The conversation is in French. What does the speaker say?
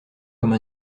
comme